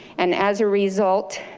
and as a result,